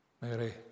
Mary